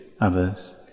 others